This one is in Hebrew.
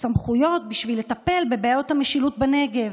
סמכויות בשביל לטפל בבעיות המשילות בנגב,